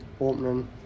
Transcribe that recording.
opening